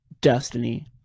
Destiny